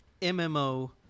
MMO